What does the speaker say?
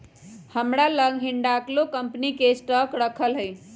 हमरा लग हिंडालको कंपनी के स्टॉक राखल हइ